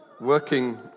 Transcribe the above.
working